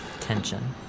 tension